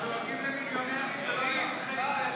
הם דואגים למיליונרים ולא לאזרחי ישראל.